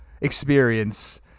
experience